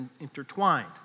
intertwined